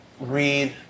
read